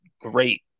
great